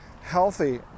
healthy